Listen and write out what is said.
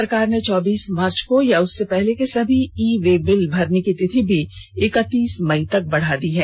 सरकार ने चौबीस मार्च को या उससे पहले के सभी ई वे बिल भरने की तिथि भी इकतीस मई तक बढ़ा दी है